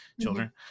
children